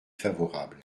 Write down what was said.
favorable